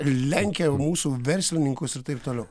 lenkia mūsų verslininkus ir taip toliau